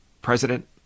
President